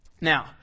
Now